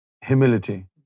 humility